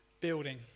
building